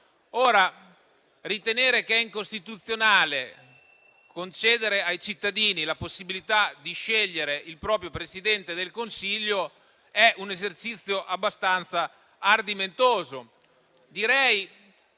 Ritenere incostituzionale concedere ai cittadini la possibilità di scegliere il proprio Presidente del Consiglio è un esercizio abbastanza ardimentoso.